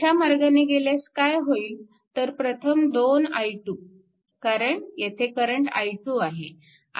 अशा मार्गाने गेल्यास काय होईल तर प्रथम 2i2 कारण येथे करंट i2 आहे